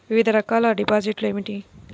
వివిధ రకాల డిపాజిట్లు ఏమిటీ?